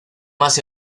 más